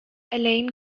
alain